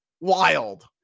wild